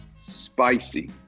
spicy